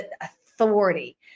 authority